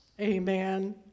amen